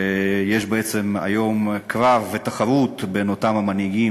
ויש היום קרב ותחרות בין אותם המנהיגים